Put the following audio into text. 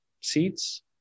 seats